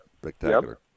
spectacular